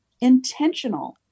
intentional